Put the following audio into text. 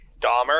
dahmer